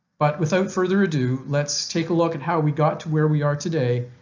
but without further ado let's take a look at how we got to where we are today,